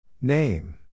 Name